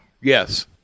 yes